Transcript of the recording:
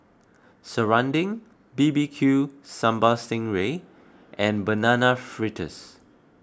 Serunding B B Q Sambal Sting Ray and Banana Fritters